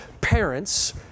Parents